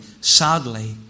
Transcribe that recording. sadly